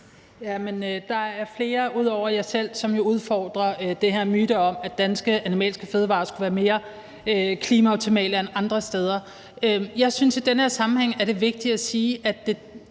der er flere ud over mig selv, der vil udfordre den her myte om, at danske animalske fødevarer skulle være mere klimaoptimale end andre steder. Jeg synes i den her sammenhæng, at det er vigtigt at sige,